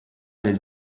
del